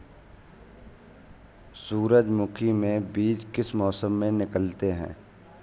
सूरजमुखी में बीज किस मौसम में निकलते हैं?